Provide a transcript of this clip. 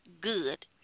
good